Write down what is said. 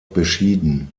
beschieden